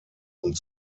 und